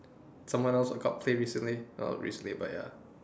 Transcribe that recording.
someone else who got play recently not recently but ya